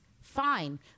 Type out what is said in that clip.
fine